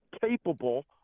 capable